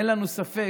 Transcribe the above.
אין לנו ספק